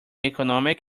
economic